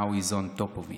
now he's on top of it.